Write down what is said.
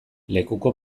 lekuko